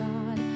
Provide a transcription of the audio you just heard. God